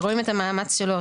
ורואים את המאמץ שלו,